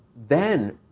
then,